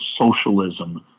socialism